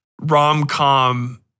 rom-com